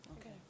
Okay